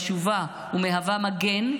חשובה ומהווה מגן,